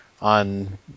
on